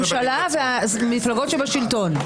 הממשלה והמפלגות בשלטון.